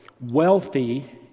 wealthy